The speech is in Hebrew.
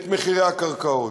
את מחירי הקרקעות.